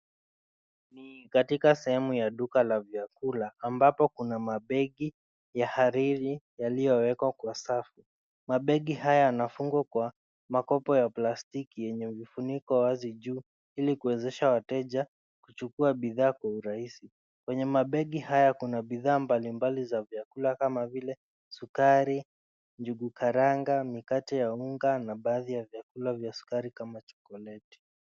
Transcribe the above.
Ni katika sehemu ya duka la vyakula ambapo kuna mabegi ya hariri yaliyowekwa kwa safu. Mabegi haya yanafungwa kwa makopo ya plastiki, yenye vifuniko wazi juu ili kuwezesha wateja kuchukua bidhaa kwa urahisi. Kwenye mabegi haya kuna bidhaa mbalimbali za vyakula kama vile sukari, njugu karanga, mikate ya unga na baadhi ya vyakula vya sukari kama chokoleti.